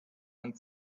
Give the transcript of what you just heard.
and